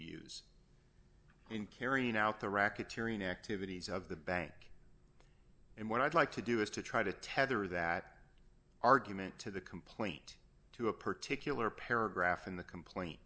use in carrying out the racketeering activities of the bank and what i'd like to do is to try to tether that argument to the complaint to a particular paragraph in the complaint